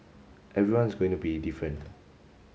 everyone is going to be different